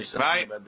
Right